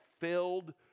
filled